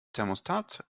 thermostat